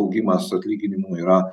augimas atlyginimų yra